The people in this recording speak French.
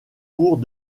cours